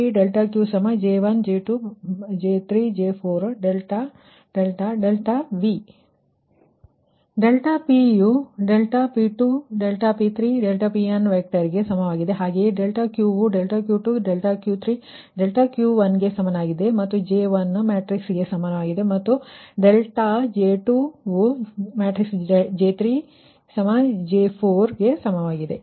ಸರಿ ∆P ಯು ∆P2 ∆P3 ∆Pn vector ಗೆ ಸಮವಾಗಿದೆ ಹಾಗೆಯೆ ∆Q ವು ∆Q2 ∆Q3 ∆Qn ಸಮವಾಗಿದೆ ಮತ್ತು J1 ವು ಮ್ಯಾಟ್ರಿಕ್ಸ್ ಗೆ ಸಮವಾಗಿದೆ ಅದು ಮತ್ತು ಡೆಲ್ಟಾ J2 ವು ಮ್ಯಾಟ್ರಿಕ್ಸ್ J3 ಸಮ ಮತ್ತು ಇದು J4 ಗೆ ಸಮವಾಗಿದೆ